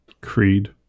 Creed